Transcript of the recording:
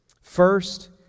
first